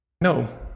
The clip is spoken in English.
No